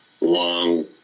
long